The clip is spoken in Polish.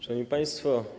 Szanowni Państwo!